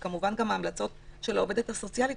וכמובן גם עם ההמלצות של העובדת הסוציאלית,